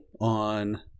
on